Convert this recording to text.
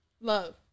Love